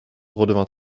redevint